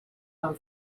van